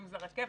אם זה רכבת,